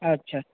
अच्छा